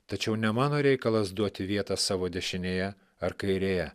tačiau ne mano reikalas duoti vietą savo dešinėje ar kairėje